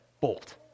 bolt